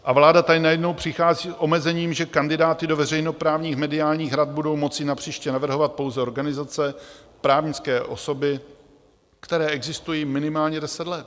A vláda tady najednou přichází s omezením, že kandidáty do veřejnoprávních mediálních rad budou moci napříště navrhovat pouze organizace, právnické osoby, které existují minimálně 10 let.